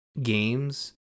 games